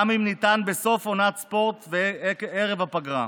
אם ניתן בסוף עונת ספורט וערב הפגרה.